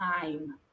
time